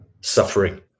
suffering